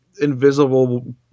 Invisible